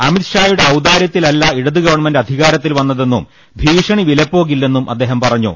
അമിത്ഷാ യുടെ ഔദാര്യത്തിലല്ല ഇടത് ഗവൺമെന്റ് അധികാര ത്തിൽ വന്നതെന്നും ഭീഷണി വിലപ്പോകില്ലെന്നും അദ്ദേഹം പറഞ്ഞു